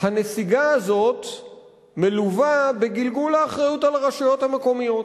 הנסיגה הזאת מלווה בגלגול האחריות על הרשויות המקומיות.